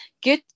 good